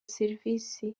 serivisi